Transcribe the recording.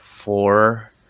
four